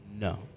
No